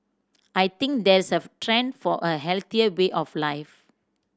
I think there's a trend for a healthier way of life